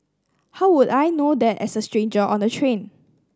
how would I know that as a stranger on the train